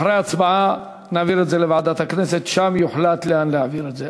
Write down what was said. אחרי ההצבעה נעביר את זה לוועדת הכנסת ושם יוחלט לאן להעביר את זה.